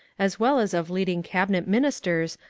as well as of leading cabinet ministers,